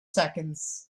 seconds